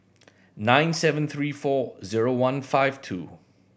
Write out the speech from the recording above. nine seven three four zero one five two